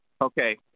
Okay